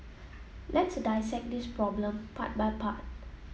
let's dissect this problem part by part